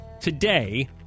today